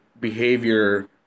behavior